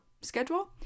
schedule